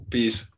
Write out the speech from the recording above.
Peace